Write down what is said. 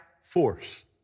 force